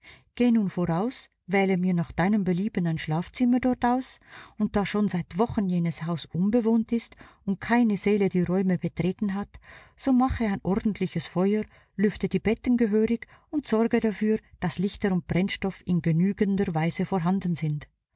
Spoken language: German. geh nun voraus wähle mir nach deinem belieben ein schlafzimmer dort aus und da schon seit wochen jenes haus unbewohnt ist und keine seele die räume betreten hat so mache ein ordentliches feuer lüfte die betten gehörig und sorge dafür daß lichter und brennstoff in genügender weise vorhanden sind